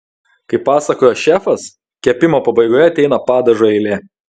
kaip pasakoja šefas kepimo pabaigoje ateina padažo eilė